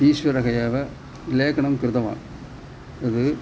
ईश्वरः एव लेखनं कृतवान् तद्